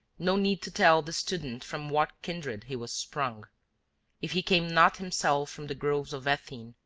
no need to tell the student from what kindred he was sprung if he came not himself from the groves of athene',